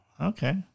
Okay